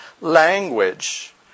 language